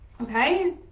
okay